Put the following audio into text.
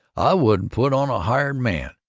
i wouldn't put on a hired man.